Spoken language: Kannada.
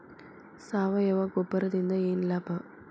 ಸಾವಯವ ಗೊಬ್ಬರದಿಂದ ಏನ್ ಲಾಭ?